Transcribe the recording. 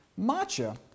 Matcha